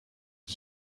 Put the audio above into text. het